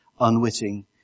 unwitting